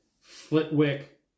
Flitwick